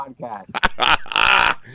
podcast